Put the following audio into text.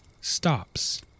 stops